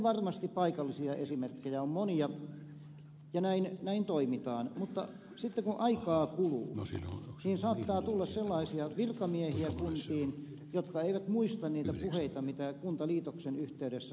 varmasti paikallisia esimerkkejä on monia ja näin toimitaan mutta sitten kun aikaa kuluu saattaa tulla kuntiin sellaisia virkamiehiä jotka eivät muista niitä puheita mitä kuntaliitoksen yhteydessä on sovittu